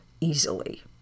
easily